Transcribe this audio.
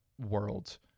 world